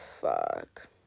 fuck